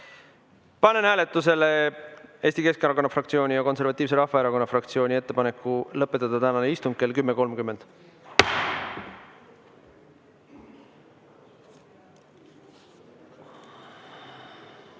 hääletusele Eesti Keskerakonna fraktsiooni ja Konservatiivse Rahvaerakonna fraktsiooni ettepaneku lõpetada tänane istung kell 10.30.